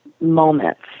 moments